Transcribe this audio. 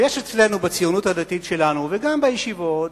יש אצלנו, בציונות הדתית שלנו, וגם בישיבות,